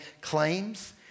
claims